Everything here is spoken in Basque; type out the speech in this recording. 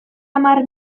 hamar